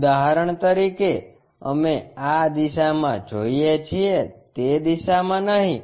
ઉદાહરણ તરીકે અમે આ દિશામાં જોઈએ છીએ તે દિશામાં નહીં